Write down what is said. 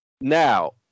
Now